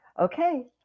okay